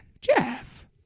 Jeff